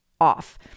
off